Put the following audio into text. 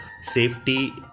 safety